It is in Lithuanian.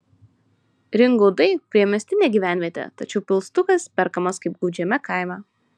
ringaudai priemiestinė gyvenvietė tačiau pilstukas perkamas kaip gūdžiame kaime